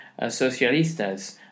Socialistas